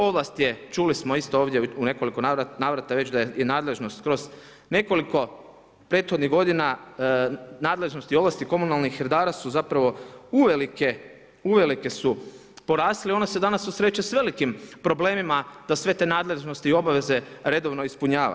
Ovlast je čuli smo isto ovdje u nekoliko navrata da je i nadležnost skroz nekoliko prethodnih godina nadležnost i ovlasti komunalnih redara su zapravo uvelike, uvelike su porasle i ona se danas susreće s velikim problemima da sve te nadležnosti i obaveze redovno ispunjava.